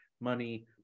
money